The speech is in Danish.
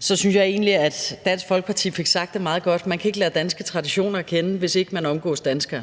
Så synes jeg egentlig, at Dansk Folkeparti fik sagt det meget godt: Man kan ikke lære danske traditioner at kende, hvis ikke man omgås danskere.